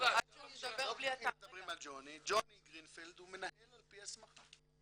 המנהל ----- ג'וני גרינפלד הוא מנהל על פי הסמכה.